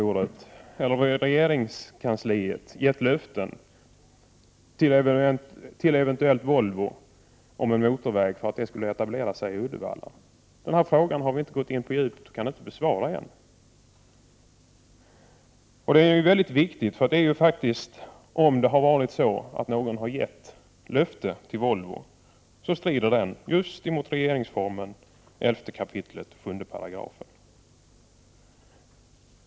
Hade någon i regeringskansliet eventuellt gett löfte till Volvo om en motorväg för att Volvo skulle etablera sig i Uddevalla? Den frågan har vi inte gått in på djupet i och kan inte besvara. Det är mycket viktigt att få klarhet i detta, för om någon har gett löfte till Volvo så strider det just mot regeringsformens 11 kap. 7 §.